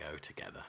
together